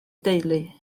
deulu